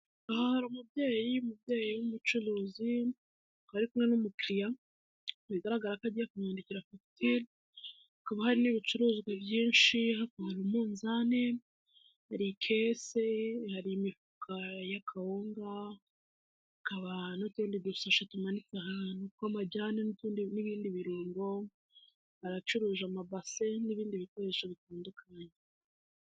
Aha hari umubyeyi; umubyeyi w'umucuruzi akaba ari kumwe n'umukiriya bigaragara ko agiye kumwandikira fagitire hakaba hari n'ibicuruzwa byinshi hakaba hari: umunzane, hari kese, hari imifuka y'akawunga, hakaba n'utundi dusashe tumanitse ahantu tw'amajyane n'utundi nibindi birungo aracuruje amabase n'ibindi bikoresho bitandukanye.